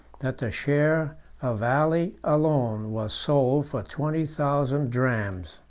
that the share of ali alone was sold for twenty thousand drams.